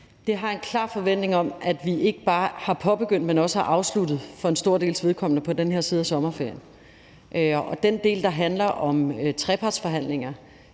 Jeg har en klar forventning om, at vi ikke bare har påbegyndt, men også for en stor dels vedkommende har afsluttet det på den her side af sommerferien. Og den del, der handler om trepartsforhandlinger,